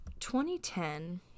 2010